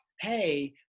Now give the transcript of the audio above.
hey